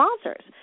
sponsors